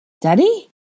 Daddy